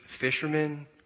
fishermen